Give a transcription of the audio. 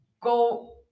go